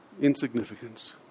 insignificance